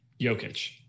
Jokic